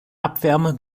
abwärme